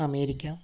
America